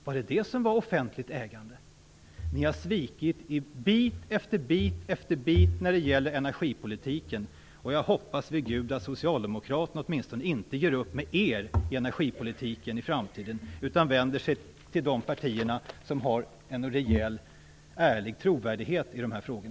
Vad det detta som var offentligt ägande? Ni har svikit i bit efter bit efter bit när det gäller energipolitiken. Jag hoppas vid Gud att Socialdemokraterna åtminstone inte gör upp med er om energipolitiken i framtiden, utan vänder sig till de partier som har en rejäl ärlig trovärdighet i dessa frågor.